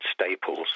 staples